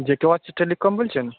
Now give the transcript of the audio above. jet watch telecom বলছেন